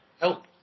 help